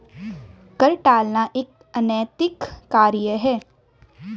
कर टालना एक अनैतिक कार्य है